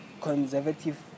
conservative